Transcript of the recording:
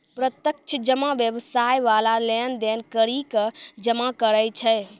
प्रत्यक्ष जमा व्यवसाय बाला लेन देन करि के जमा करै छै